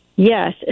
Yes